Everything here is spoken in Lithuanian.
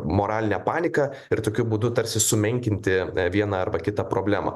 moralinę paniką ir tokiu būdu tarsi sumenkinti vieną arba kitą problemą